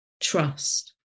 trust